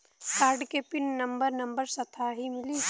Card के pin number number साथही मिला?